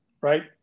right